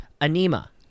Anima